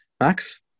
Max